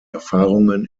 erfahrungen